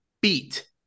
beat